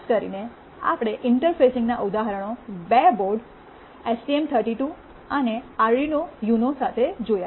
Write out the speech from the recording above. ખાસ કરીને આપણે ઇન્ટરફેસીંગના ઉદાહરણો બે બોર્ડ એસટીએમ 32 અને અરડિનો યુનો સાથે જોયા